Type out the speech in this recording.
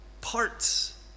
parts